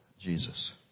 Jesus